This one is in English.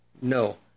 No